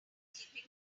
keeping